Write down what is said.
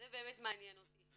זה באמת מעניין אותי.